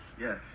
yes